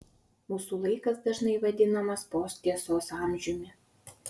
mūsų laikas dažnai vadinamas posttiesos amžiumi